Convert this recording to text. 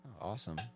Awesome